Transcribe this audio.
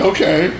Okay